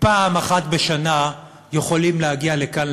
פעם אחת בשנה יכולים להגיע לכאן,